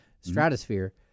stratosphere